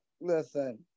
Listen